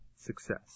success